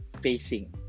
facing